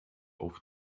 auf